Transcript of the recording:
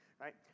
right